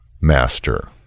Master